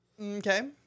Okay